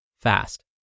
fast